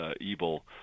evil